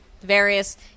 various